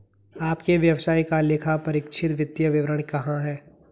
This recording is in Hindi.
आपके व्यवसाय का लेखापरीक्षित वित्तीय विवरण कहाँ है?